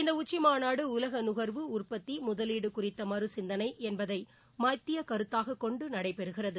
இந்த உச்சிமாநாடு உலக நுகர்வு உற்பத்தி முதலீடு குறித்த மறுசிந்தனை என்பதை மத்திய கருத்தாக கொண்டு நடைபெறுகிறது